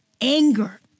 anger